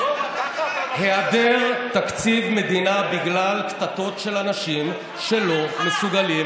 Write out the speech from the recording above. היעדר תקציב מדינה בגלל קטטות של אנשים שלא מסוגלים